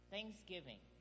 Thanksgiving